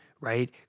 right